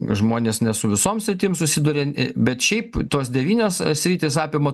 žmonės ne su visom stotim susidurian bet šiaip tos devynios sritys apima